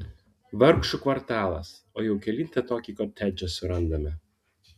vargšų kvartalas o jau kelintą tokį kotedžą surandame